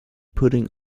putting